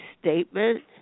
statement